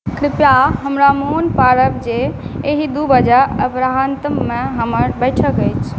कृपया हमरा मोन पाड़ब जे एहि दुइ बजे अपहारान्तमे हमर बैठक अछि